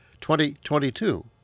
2022